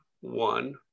one